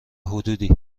حدودی